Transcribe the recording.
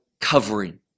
covering